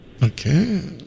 Okay